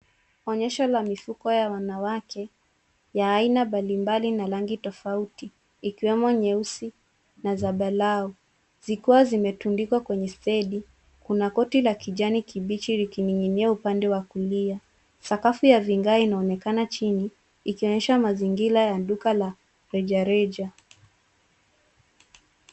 Onyesho ya mifuko ya wanawake ya aina mbalimbali na rangi tofauti ikiwemo nyeusi na zambarau zikiwa zimetundikwa kwenye stendi, kuna koti la kijani kibichi likining'inia upande wa kulia. Sakafu ya vigae inaonekana chini ikionyesha mazingira ya duka la rejareja.